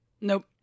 nope